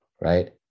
right